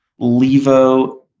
Levo